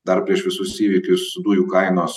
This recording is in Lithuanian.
dar prieš visus įvykius dujų kainos